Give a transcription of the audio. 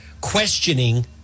questioning